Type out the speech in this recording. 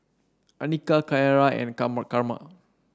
Annika Ciara and Carma Carma